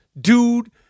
dude